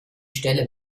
stelle